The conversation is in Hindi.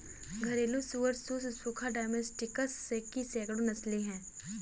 घरेलू सुअर सुस स्क्रोफा डोमेस्टिकस की सैकड़ों नस्लें हैं